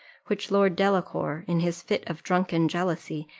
which lord delacour, in his fit of drunken jealousy,